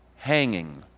Hanging